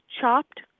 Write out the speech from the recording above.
chopped